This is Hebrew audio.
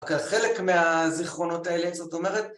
חלק מהזיכרונות האלה זאת אומרת